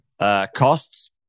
costs